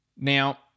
Now